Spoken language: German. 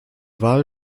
wahl